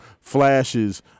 flashes